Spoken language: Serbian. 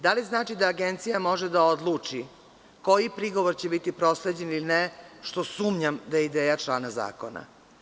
Da li znači da Agencija može da odluči koji prigovor će biti prosleđen ili ne, što sumnjam da je ideja člana zakona.